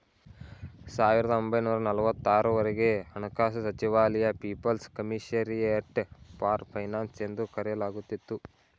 ಸಾವಿರದ ಒಂಬೈನೂರ ನಲವತ್ತು ಆರು ವರೆಗೆ ಹಣಕಾಸು ಸಚಿವಾಲಯ ಪೀಪಲ್ಸ್ ಕಮಿಷರಿಯಟ್ ಫಾರ್ ಫೈನಾನ್ಸ್ ಎಂದು ಕರೆಯಲಾಗುತ್ತಿತ್ತು